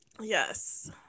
Yes